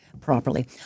properly